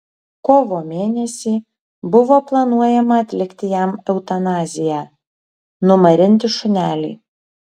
kovo mėnesį buvo planuojama atlikti jam eutanaziją numarinti šunelį